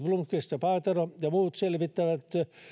blomqvist paatero ja muut selvittä vät